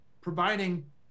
providing